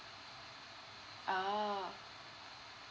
oh